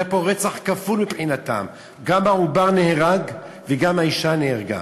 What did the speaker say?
היה פה רצח כפול מבחינתם: גם העובר נהרג וגם האישה נהרגה.